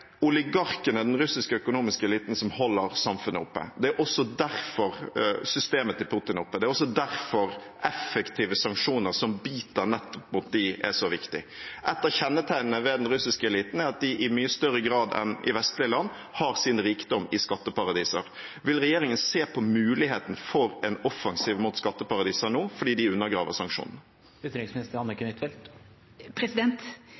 oligarkene, den russiske økonomiske eliten, som holder samfunnet oppe. Det er også derfor systemet til Putin er oppe. Det er også derfor effektive sanksjoner som biter nettopp mot dem, er så viktig. Et av kjennetegnene ved den russiske eliten er at de i mye større grad enn i vestlige land har sin rikdom i skatteparadiser. Vil regjeringen se på muligheten for en offensiv mot skatteparadiser nå, fordi de undergraver sanksjonene?